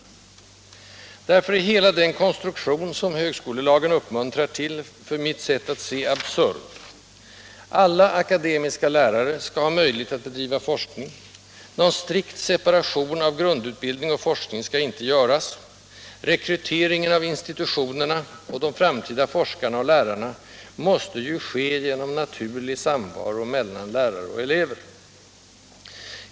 Därför är, enligt mitt sätt att se, hela den konstruktion som högskolelagen uppmuntrar till absurd: alla akademiska lärare skall ha möjlighet att bedriva forskning, någon strikt separation av grundutbildning och forskning skall icke göras, rekryteringen av institutionerna och de framtida forskarna och lärarna måste ju ske genom naturlig samvaro mellan lärare och elever.